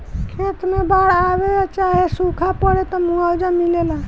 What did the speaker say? खेत मे बाड़ आवे चाहे सूखा पड़े, त मुआवजा मिलेला